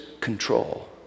control